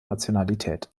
nationalität